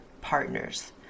partners